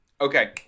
Okay